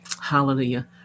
hallelujah